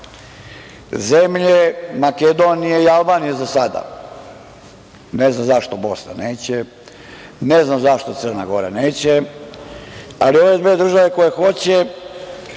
Makedonija i Albanija za sada… Ne znam zašto Bosna neće, ne znam zašto Crna Gora neće, ali ove dve države koje hoće,